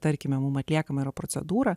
tarkime mums atliekamą procedūrą